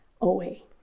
away